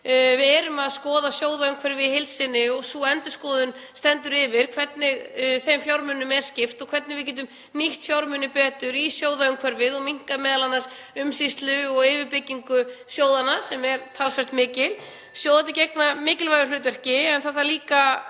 Við erum að skoða sjóðaumhverfið í heild sinni og sú endurskoðun stendur yfir, hvernig þeim fjármunum er skipt og hvernig við getum nýtt fjármuni betur í sjóðaumhverfinu og minnkað m.a. umsýslu og yfirbyggingu sjóðanna, sem er talsvert mikil. Sjóðirnir gegna mikilvægu hlutverki en það þarf